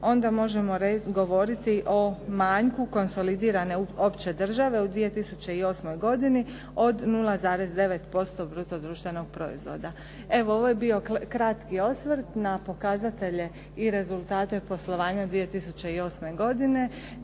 onda možemo govoriti o manjku konsolidirane opće države u 2008. godini od 0,9% bruto društvenog proizvoda. Evo, ovo je bio kratki osvrt na pokazatelje i rezultate poslovanja 2008. godine.